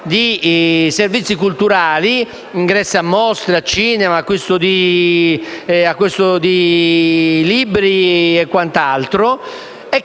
Grazie